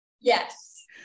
Yes